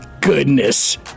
goodness